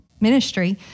ministry